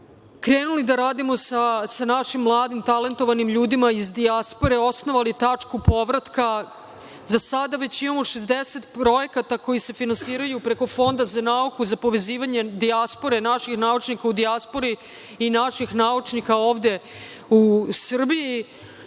smo da radimo sa našim mladim talentovanim ljudima iz dijaspore, osnovali tačku povratka. Za sada već imamo 60 projekata koji se finansiraju preko Fonda za nauku za povezivanje naših naučnika u dijaspori i naših naučnika ovde u Srbiji. Dakle,